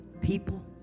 people